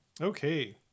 Okay